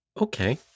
Okay